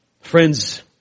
Friends